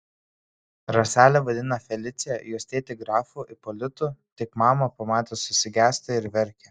raselę vadina felicija jos tėtį grafu ipolitu tik mamą pamatęs susigėsta ir verkia